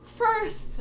First